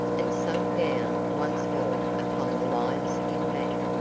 and sank down once more upon the lion-skin mat,